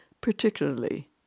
particularly